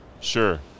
sure